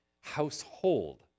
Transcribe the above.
household